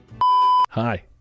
hi